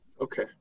Okay